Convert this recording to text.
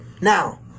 Now